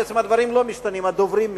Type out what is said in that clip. בעצם הדברים לא משתנים, הדוברים משתנים.